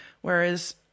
whereas